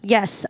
Yes